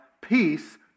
Peace